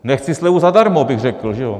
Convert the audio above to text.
Nechci slevu zadarmo, bych řekl, že jo.